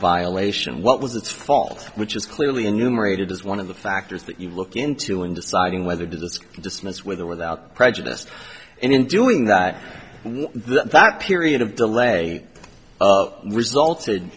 violation what was its fault which is clearly enumerated as one of the factors that you look into in deciding whether to dismiss with or without prejudice and in doing that that period of delay resulted